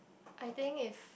I think if